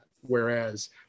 Whereas